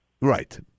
Right